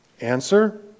Answer